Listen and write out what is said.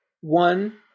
one